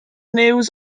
news